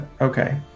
Okay